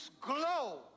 glow